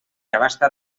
abasta